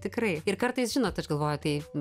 tikrai ir kartais žinot aš galvoju tai